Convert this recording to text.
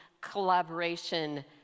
collaboration